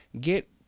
get